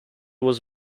was